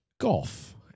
golf